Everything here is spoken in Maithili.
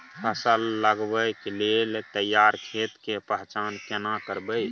फसल लगबै के लेल तैयार खेत के पहचान केना करबै?